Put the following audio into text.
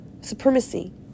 supremacy